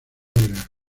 orleans